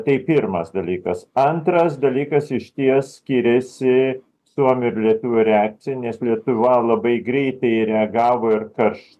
tai pirmas dalykas antras dalykas išties skiriasi suomių ir lietuvių reakcija nes lietuva labai greitai reagavo ir karš